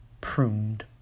pruned